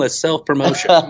self-promotion